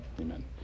Amen